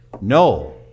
No